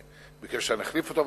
הוא ביקש שאני אחליף אותו,